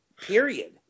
period